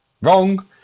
Wrong